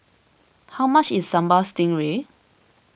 how much is Sambal Stingray